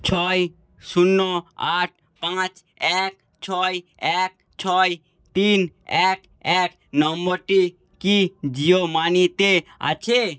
ছয় শূন্য আট পাঁচ এক ছয় এক ছয় তিন এক এক নম্বরটি কি জিও মানিতে আছে